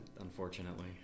unfortunately